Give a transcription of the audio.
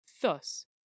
thus